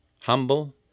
humble